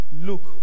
Look